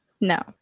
No